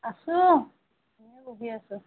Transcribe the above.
আছোঁ এনেই বহি আছোঁ